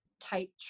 type